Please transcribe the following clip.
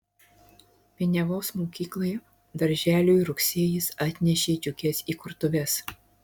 piniavos mokyklai darželiui rugsėjis atnešė džiugias įkurtuves